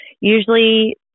Usually